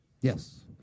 Yes